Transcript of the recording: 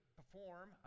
perform